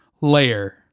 layer